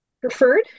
preferred